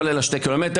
כולל השני קילומטר,